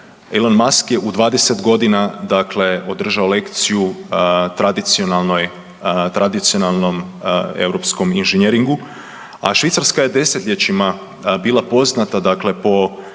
Elon Musk je u 20 godina dakle održao lekciju tradicionalnom europsko inženjeringu, a Švicarska je desetljećima bila poznata